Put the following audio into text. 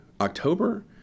October